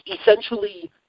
Essentially